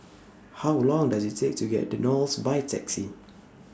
How Long Does IT Take to get to Knolls By Taxi